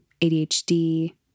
ADHD